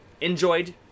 enjoyed